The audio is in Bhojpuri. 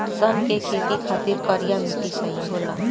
सन के खेती खातिर करिया मिट्टी सही होला